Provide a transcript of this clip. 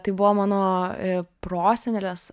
tai buvo mano prosenelės